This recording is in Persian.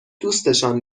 دوستشان